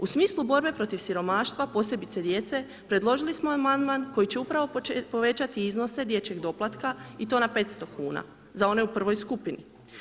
U smislu borbe protiv siromaštva, posebice djece predložili smo amandman koji će upravo povećati iznose dječjeg doplatka i to na 500 kuna za one u prvoj skupini.